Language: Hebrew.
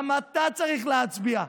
גם אתה צריך להצביע.